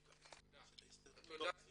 תודה.